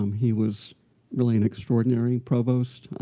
um he was really an extraordinary provost,